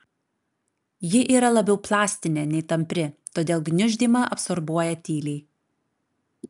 ji yra labiau plastinė nei tampri todėl gniuždymą absorbuoja tyliai